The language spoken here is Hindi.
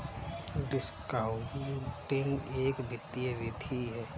डिस्कॉउंटिंग एक वित्तीय विधि है